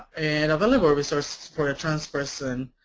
and available resources for a trans person,